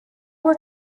were